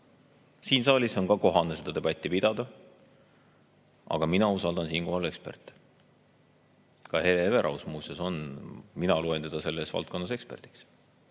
Siin saalis on ka kohane seda debatti pidada, aga mina usaldan siinkohal eksperte. Ka Hele Everaus, muuseas, on seda, mina loen teda selles valdkonnas eksperdiks.